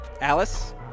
Alice